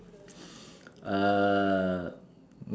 uh